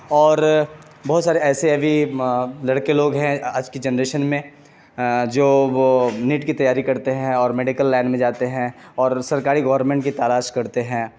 اور بہت سارے ایسے بھی لڑکے لوگ ہیں آج کے جنریشن میں جو وہ نیٹ کی تیاری کرتے ہیں اور میڈیکل لائن میں جاتے ہیں اور سرکاری گورنمنٹ کی تلاش کرتے ہیں